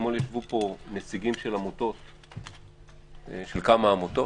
אתמול ישבו פה נציגים של כמה עמותות,